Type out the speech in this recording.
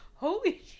holy